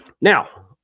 Now